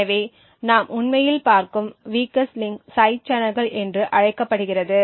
எனவே நாம் உண்மையில் பார்க்கும் வீக்கஸ்ட் லிங் சைடு சேனல்கள் என்று அழைக்கப்படுகிறது